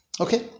Okay